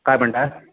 काय म्हणताय